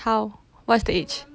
how what's the age